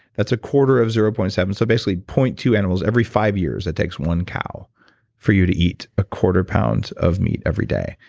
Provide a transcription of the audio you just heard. that's a quarter of zero point seven, so basically point two animals every five years. it takes one cow for you to eat a quarter pound of meat every day.